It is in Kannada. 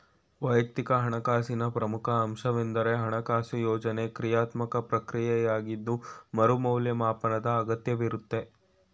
ವೈಯಕ್ತಿಕ ಹಣಕಾಸಿನ ಪ್ರಮುಖ ಅಂಶವೆಂದ್ರೆ ಹಣಕಾಸು ಯೋಜ್ನೆ ಕ್ರಿಯಾತ್ಮಕ ಪ್ರಕ್ರಿಯೆಯಾಗಿದ್ದು ಮರು ಮೌಲ್ಯಮಾಪನದ ಅಗತ್ಯವಿರುತ್ತೆ